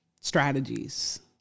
strategies